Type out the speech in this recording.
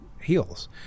heals